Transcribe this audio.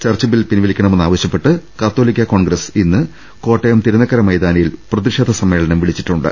church bill പിൻവലിക്കണമെന്ന് ആവശ്യപ്പെട്ട് Catholic Congress ഇന്ന് കോട്ടയം തിരുനക്കര മൈതാനിയിൽ പ്രതിഷേധ സമ്മേ ളനം വിളിച്ചിട്ടുണ്ട്